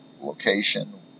location